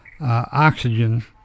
oxygen